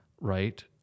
right